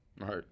right